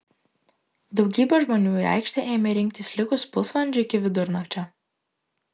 daugybė žmonių į aikštę ėmė rinktis likus pusvalandžiui iki vidurnakčio